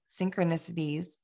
synchronicities